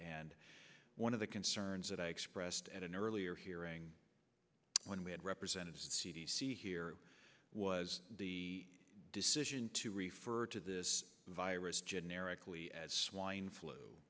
and one of the concerns that i expressed at an earlier hearing when we had represented c d c here was the decision to refer to this virus generically as swine flu